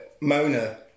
Mona